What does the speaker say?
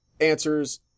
answers